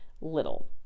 little